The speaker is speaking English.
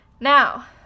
Now